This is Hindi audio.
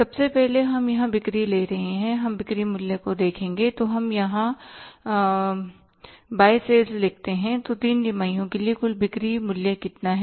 सबसे पहले हम यहां बिक्री ले रहे हैं हम बिक्री मूल्य को देखेंगे तो हम यहां बाय सेल लिखते हैं तो तीन तिमाहियों के लिए कुल बिक्री मूल्य कितना है